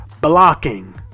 Blocking